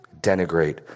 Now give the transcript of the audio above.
denigrate